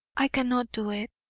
i cannot do it.